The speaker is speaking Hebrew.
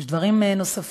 יש דברים נוספים: